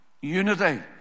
unity